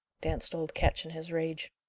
danced old ketch in his rage.